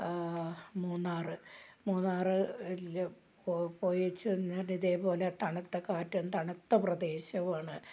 മൂന്നാർ മൂന്നാറില് പോയി പോയാൽ ഞൻ ഇതേ പോലെ തണുത്ത കാറ്റും തണുത്ത പ്രദേശവുമാണ്